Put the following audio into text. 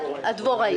הדבוראים.